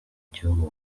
gihugu